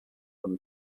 them